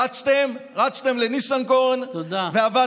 רצתם לניסנקורן, תודה.